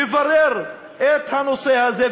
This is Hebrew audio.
לברר את הנושא הזה.